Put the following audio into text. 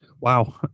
Wow